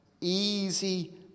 easy